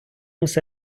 усе